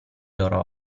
loro